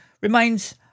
remains